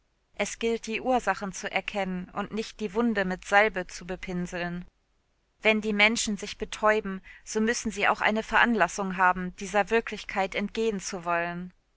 es gilt die ursachen zu erkennen und nicht die wunde mit salbe zu bepinseln wenn die menschen sich betäuben so müssen sie auch eine veranlassung haben dieser wirklichkeit entgehen zu wollen